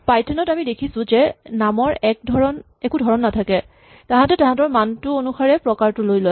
Python ত আমি দেখিছো যে নামৰ একো ধৰণ নাথাকে তাঁহাতে তাঁহাতৰ মানটো অনুসাৰে প্ৰকাৰটো লৈ লয়